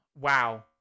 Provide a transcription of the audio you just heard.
wow